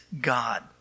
God